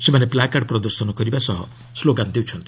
ସେମାନେ ପ୍ଲାକାର୍ଡ଼ ପ୍ରଦର୍ଶନ କରିବା ସହ ସ୍କୋଗାନ ଦେଉଛନ୍ତି